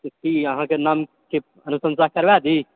तऽ कि अहाँके नामकऽ अनुशंसा करबा दी